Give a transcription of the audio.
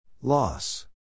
Loss